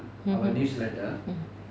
mmhmm mm